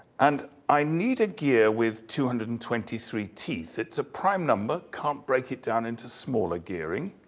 and i need a gear with two hundred and twenty three teeth. it's a prime number. can't break it down into smaller gearing.